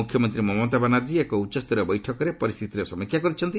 ମୁଖ୍ୟମନ୍ତ୍ରୀ ମମତା ବାନାର୍ଜୀ ଏକ ଉଚ୍ଚସ୍ତରୀୟ ବୈଠକରେ ପରିସ୍ଥିତିର ସମୀକ୍ଷା କରିଛନ୍ତି